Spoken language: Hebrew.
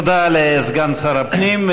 תודה לסגן שר הפנים.